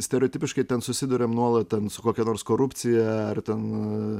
stereotipiškai ten susiduriam nuolat su kokia nors korupcija ar ten